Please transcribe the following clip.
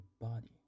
body